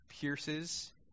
pierces